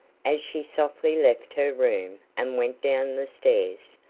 as she softly left her room, and went down the stairs,